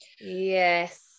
yes